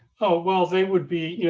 oh, well, they would be yeah